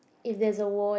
if there's a war in